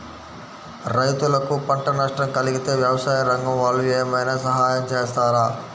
రైతులకు పంట నష్టం కలిగితే వ్యవసాయ రంగం వాళ్ళు ఏమైనా సహాయం చేస్తారా?